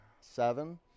Seven